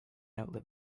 outlive